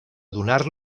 donar